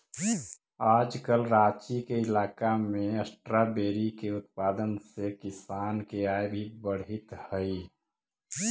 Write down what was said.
आजकल राँची के इलाका में स्ट्राबेरी के उत्पादन से किसान के आय भी बढ़ित हइ